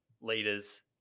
leaders